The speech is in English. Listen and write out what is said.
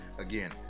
Again